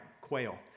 quail